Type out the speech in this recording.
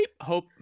hope